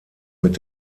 mit